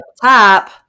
top